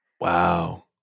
Wow